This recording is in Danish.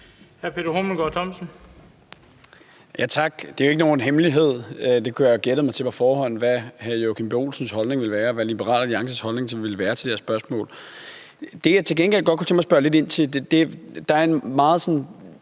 Peter Hummelgaard Thomsen (S): Tak. Det er jo ikke nogen hemmelighed. Jeg kunne have gættet mig til på forhånd, hvad hr. Joachim B. Olsens mening ville være, og hvad Liberal Alliances holdning ville være til det her spørgsmål. Det, jeg til gengæld godt kunne tænke mig at spørge lidt ind til, er, at der er en meget stærk